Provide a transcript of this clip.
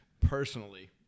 Personally